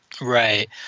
right